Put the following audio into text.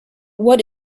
what